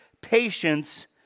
patience